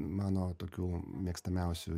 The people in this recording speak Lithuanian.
mano tokių mėgstamiausių